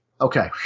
Okay